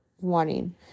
wanting